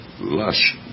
lush